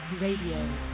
Radio